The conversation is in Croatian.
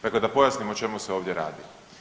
Dakle, da pojasnim o čemu se ovdje radi.